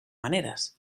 maneres